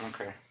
Okay